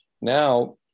Now